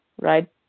right